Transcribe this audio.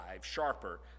sharper